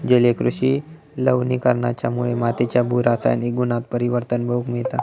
जलीय कृषि लवणीकरणाच्यामुळे मातीच्या भू रासायनिक गुणांत परिवर्तन बघूक मिळता